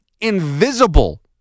invisible